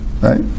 right